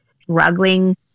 struggling